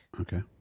Okay